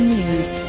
News